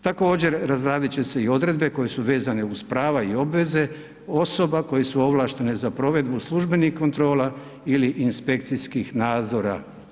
Također, razradit će se i odredbe koje su vezane uz prava i obveze osoba koje su ovlaštene za provedbu službenih kontrola ili inspekcijskih nadzora.